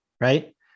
right